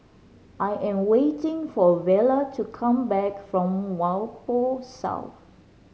I am waiting for Vela to come back from Whampoa South